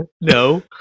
no